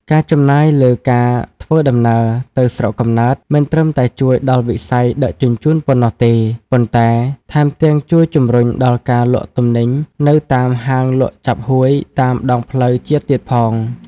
ការចំណាយលើការធ្វើដំណើរទៅស្រុកកំណើតមិនត្រឹមតែជួយដល់វិស័យដឹកជញ្ជូនប៉ុណ្ណោះទេ ប៉ុន្តែថែមទាំងជួយជំរុញដល់ការលក់ទំនិញនៅតាមហាងលក់ចាប់ហួយតាមដងផ្លូវជាតិទៀតផង។